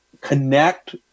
connect